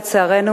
לצערנו,